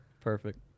Perfect